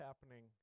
happening